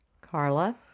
Carla